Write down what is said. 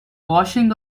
washing